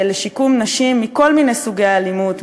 לשיקום נשים מכל מיני סוגי האלימות,